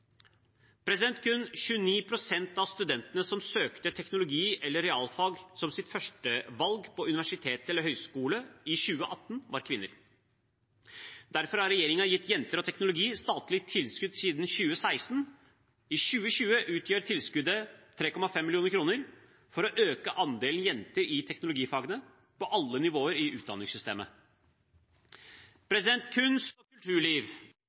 Kun 29 pst. av studentene som søkte teknologi eller realfag som sitt førstevalg på universitet eller høyskole i 2018, var kvinner. Derfor har regjeringen gitt Jenter og teknologi statlig tilskudd siden 2016. I 2020 utgjør tilskuddet 3,5 mill. kr for å øke andelen jenter i teknologifagene på alle nivåer i utdanningssystemet. Kunst og kulturliv